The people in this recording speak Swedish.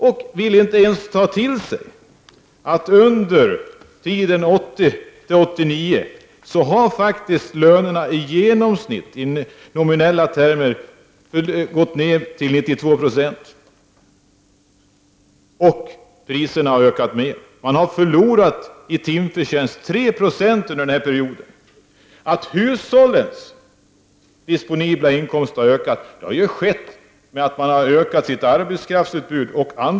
Han vill inte ens ta till sig att under åren 1980-1989 har lönerna i genomsnitt i nominella värden faktiskt gått ned till 92 96, medan priserna har ökat mer. Under denna period har man förlorat 3 96 i timförtjänst. Att hushållens disponibla inkomster har ökat beror på att man bl.a. har ökat sitt arbetskraftsutbud.